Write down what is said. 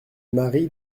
mari